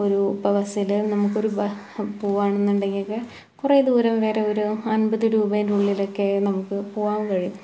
ഒരു ഇപ്പോൾ ബസ്സില് നമുക്കൊരു പോകുവാണെന്നുണ്ടെങ്കില് കുറെ ദൂരം വരെ ഒരു അമ്പത് രൂപേന്റെ ഉള്ളിലൊക്കെ നമുക്ക് പോകാൻ കഴിയും